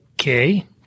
okay